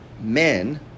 men